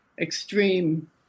extreme